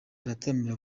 arataramira